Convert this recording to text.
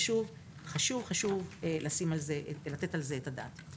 ושוב, חשוב חשוב לתת את הדעת על זה.